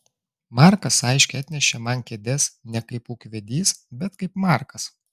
markas aiškiai atnešė man kėdes ne kaip ūkvedys bet kaip markas